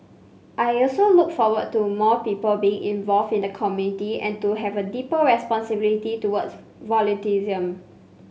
I also look forward to more people being involved in the community and to have a deeper responsibility towards volunteerism